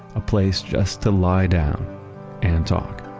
a place just to lie down and talk